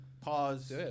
Pause